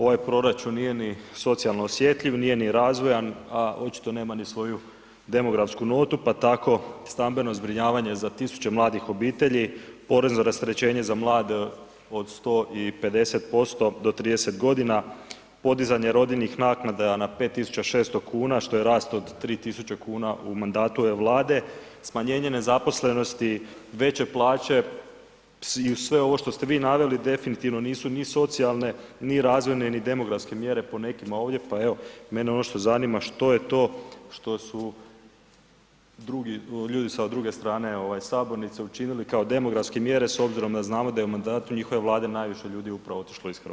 Ovaj proračun nije ni socijalno osjetljiv, nije ni razvojan, a očito nema ni svoju demografsku notu pa tako stambeno zbrinjavanje za tisuće mladih obitelji, porezno rasterećenje za mlade od 150% do 30 godina, podizanje rodiljnih naknada na 5600 kn, što je rast od 3 tisuće kuna u mandatu ove Vlade, smanjenje nezaposlenosti, veće plaće i uz sve ovo što ste vi naveli definitivno nisu ni socijalne, ni razvojne ni demografske mjere po nekima ovdje, pa evo, mene ono što zanima, što je to što su drugi, ljudi sa druge strane sabornice učinili kao demografske mjere s obzirom da znamo da je u mandatu njihove Vlade najviše ljudi upravo otišlo iz Hrvatske.